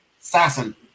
assassin